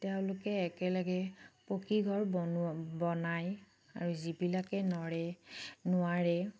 তেওঁলোকে একেলগে পকী ঘৰ বনোৱা বনায় আৰু যিবিলাকে নৰে নোৱাৰে